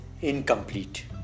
incomplete